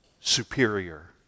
superior